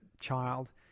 child